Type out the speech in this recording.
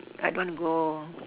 I don't want to go